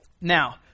Now